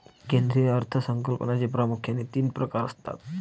केंद्रीय अर्थ संकल्पाचे प्रामुख्याने तीन प्रकार असतात